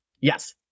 yes